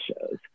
shows